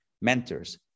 mentors